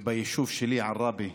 ביישוב שלי, עראבה.